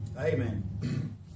Amen